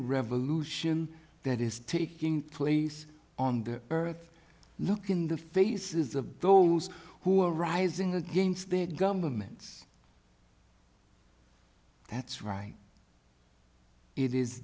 revolution that is taking place on the earth look in the faces of those who are rising against the government that's right it is